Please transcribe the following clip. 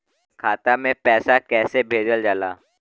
खाता में पैसा कैसे भेजल जाला?